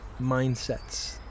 mindsets